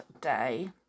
day